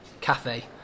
cafe